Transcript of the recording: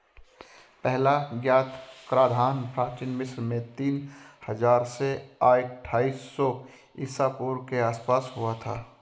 पहला ज्ञात कराधान प्राचीन मिस्र में तीन हजार से अट्ठाईस सौ ईसा पूर्व के आसपास हुआ था